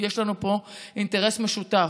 יש לנו פה אינטרס משותף,